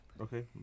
Okay